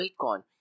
Bitcoin